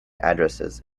addresses